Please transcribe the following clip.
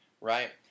Right